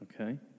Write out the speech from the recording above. Okay